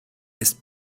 ist